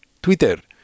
Twitter